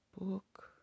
book